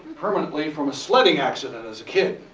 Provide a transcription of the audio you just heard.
permanently from a sledding accident as a kid.